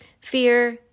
Fear